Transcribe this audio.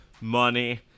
money